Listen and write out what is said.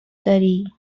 داری